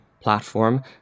platform